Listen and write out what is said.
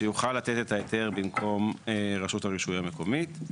שיוכל לתת את ההיתר במקום רשות הרישוי המקומית.